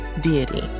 deity